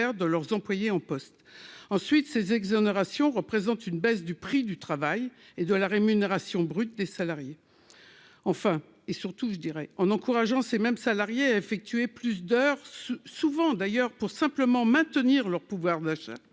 de leurs employés en poste ensuite ces exonérations représentent une baisse du prix du travail et de la rémunération brute des salariés, enfin et surtout, je dirais, en encourageant ces mêmes salariés effectuer plus d'heures, ce souvent d'ailleurs pour simplement maintenir leur pouvoir d'achat